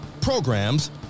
programs